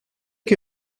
que